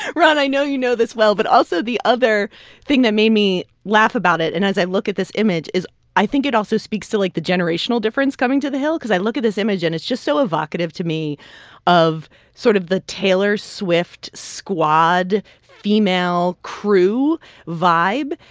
ron, i know you know this well, but also the other thing that made me laugh about it and as i look at this image is i think it also speaks to, like, the generational difference coming to the hill. because i look at this image, and it's just so evocative to me of sort of the taylor swift squad female crew vibe.